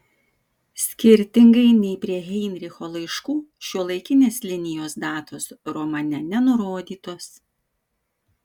skirtingai nei prie heinricho laiškų šiuolaikinės linijos datos romane nenurodytos